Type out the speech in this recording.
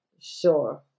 sure